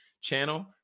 channel